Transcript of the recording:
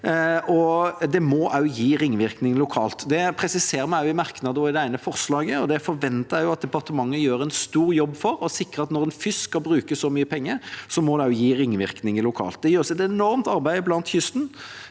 det må gi ringvirkninger lokalt. Det presiserer vi også i merknader og i forslaget til vedtak, og jeg forventer at departementet gjør en stor jobb for å sikre at når en først skal bruke så mye penger, må det også gi ringvirkninger lokalt. Det gjøres et enormt arbeid langs kysten,